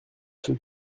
ceux